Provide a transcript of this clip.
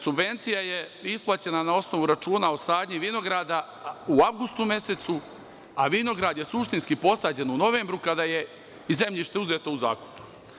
Subvencija je isplaćena na osnovu računa o sadnji vinograda u avgustu mesecu, a vinograd je suštinski posađen u novembru, kada je i zemljište uzeto u zakup.